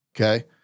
okay